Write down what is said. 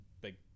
big